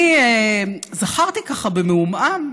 אני זכרתי, ככה, במעומעם,